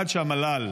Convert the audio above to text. עד שהמל"ל